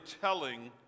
telling